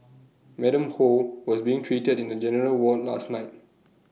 Madam ho was being treated in A general ward last night